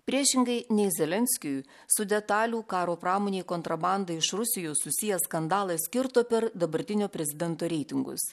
priešingai nei zelenskiui su detalių karo pramonei kontrabanda iš rusijos susijęs skandalas kirto per dabartinio prezidento reitingus